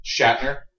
Shatner